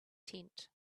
tent